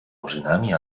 murzynami